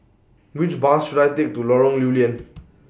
Which Bus should I Take to Lorong Lew Lian